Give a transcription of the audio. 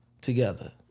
together